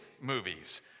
movies